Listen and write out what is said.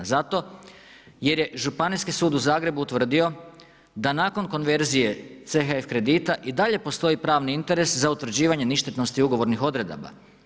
Zato jer je Županijski sud u Zagrebu utvrdio da nakon konverzije CHF kredita i dalje postoji pravni interes za utvrđivanje ništetnosti ugovornih odredaba.